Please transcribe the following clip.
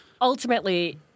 ultimately